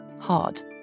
hard